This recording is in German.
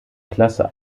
klasse